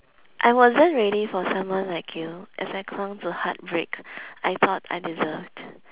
I wasn't ready for someone like you as I clung to heart break I thought I deserved